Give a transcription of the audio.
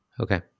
Okay